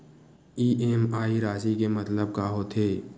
EMI राशि के मतलब का होथे?